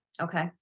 Okay